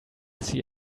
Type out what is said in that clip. see